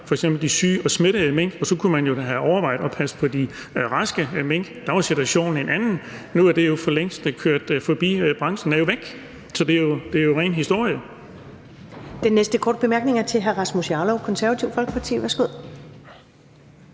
f.eks. de syge og smittede mink, og så kunne man jo da have overvejet at passe på de raske mink. Da var situationen en anden. Nu er det løb jo for længst kørt, branchen er jo væk, så det er ren historie. Kl. 15:02 Første næstformand (Karen Ellemann): Den næste korte bemærkning er fra hr. Rasmus Jarlov, Det Konservative Folkeparti. Værsgo.